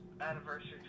anniversary